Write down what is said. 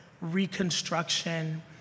reconstruction